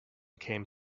came